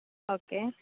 okay